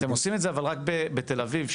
--- אתם עושים את זה רק בתל אביב,